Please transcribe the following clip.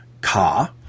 Car